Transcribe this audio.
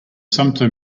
sumpter